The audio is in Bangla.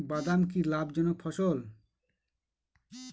বাদাম কি লাভ জনক ফসল?